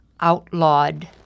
outlawed